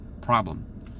problem